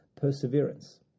perseverance